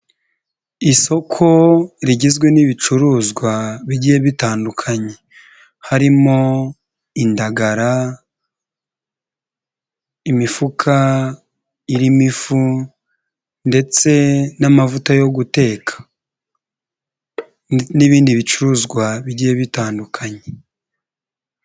Isoko rigizwe n'ibicuruzwa bigiye bitandukanye. Harimo indagara, imifuka irimo ifu, ndetse n'amavuta yo guteka, n'ibindi bicuruzwa bigiye bitandukanye.